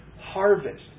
harvest